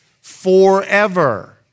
forever